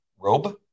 robe